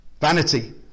Vanity